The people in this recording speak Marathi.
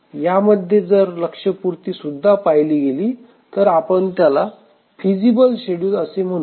यामध्ये जर लक्ष्य पूर्ती सुद्धा पाहिली गेली तर आपण त्याला फिसिबल शेडूल असे म्हणू